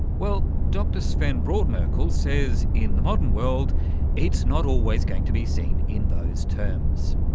well, dr sven brodmerkel says in the modern world it's not always going to be seen in those terms.